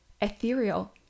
ethereal